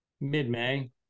Mid-May